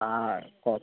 ആ തോട്ടം